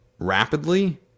rapidly